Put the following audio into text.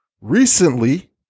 Recently